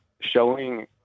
showing